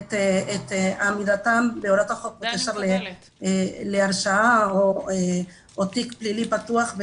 את עמידתם בהוראות החוק להרשעה או תיק פלילי פתוח,